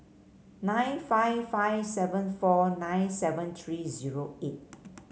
nine five five seven four nine seven three zero eight